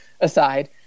aside